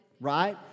right